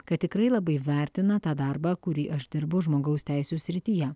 kad tikrai labai vertina tą darbą kurį aš dirbau žmogaus teisių srityje